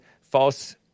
false